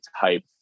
type